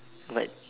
but